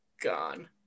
gone